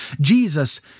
Jesus